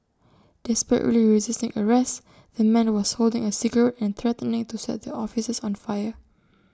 desperately resisting arrest the man was holding A cigarette and threatening to set the officers on fire